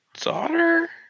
daughter